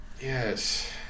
Yes